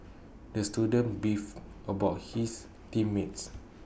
the student beefed about his team mates